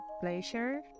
pleasure